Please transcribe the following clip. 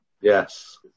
Yes